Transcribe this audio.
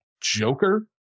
Joker